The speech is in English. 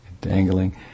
dangling